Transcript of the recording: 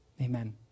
Amen